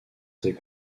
ses